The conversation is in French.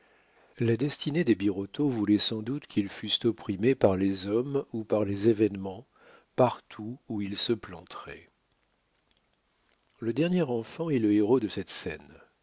la destinée des birotteau voulait sans doute qu'ils fussent opprimés par les hommes ou par les événements partout où ils se planteraient le dernier enfant est le héros de cette scène